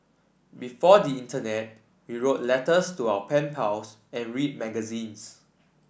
before the internet we wrote letters to our pen pals and read magazines